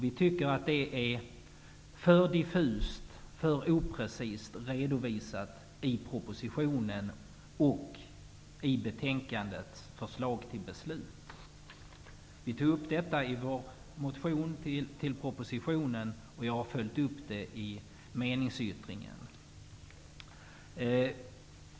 Vi tycker att det är för diffust och oprecist redovisat i propositionen och i förslagen till beslut i betänkandet. Vi har tagit upp detta i den motion vi har väckt med anledning av propositionen, och vi har följt upp detta i vår meningsyttring.